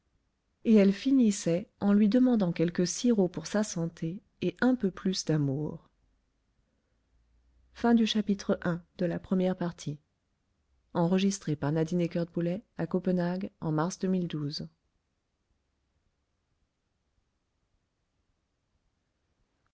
et elle finissait en lui demandant quelque sirop pour sa santé et un peu plus d'amour